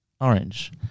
Orange